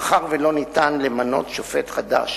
מאחר שלא ניתן למנות שופט חדש